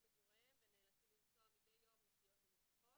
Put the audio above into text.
מגוריהם ונאלצים לנסוע מדי יום נסיעות ממושכות.